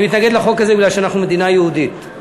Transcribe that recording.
אני מתנגד לחוק הזה מפני שאנחנו מדינה יהודית,